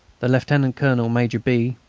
the lieutenant-colonel, major b,